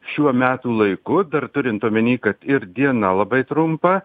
šiuo metų laiku dar turint omeny kad ir diena labai trumpa